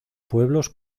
pueblos